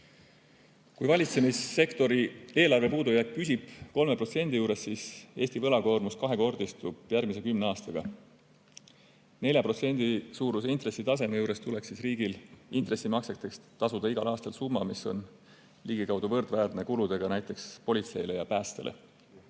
Kui valitsemissektori eelarve puudujääk püsib 3% juures, siis Eesti võlakoormus kahekordistub järgmise kümne aastaga. 4% suuruse intressitaseme juures tuleks riigil intressimakseteks tasuda igal aastal summa, mis on ligikaudu võrdväärne kuludega näiteks politseile ja päästele.